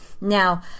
Now